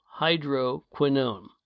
hydroquinone